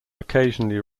occasionally